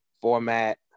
Format